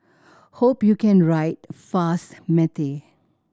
hope you can write fast matey